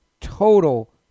Total